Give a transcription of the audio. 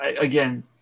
again